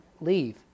leave